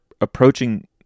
approaching